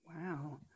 Wow